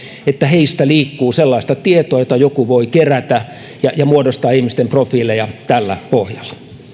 että heistä liikkuu sellaista tietoa jota joku voi kerätä ja ja muodostaa ihmisten profiileja tällä pohjalla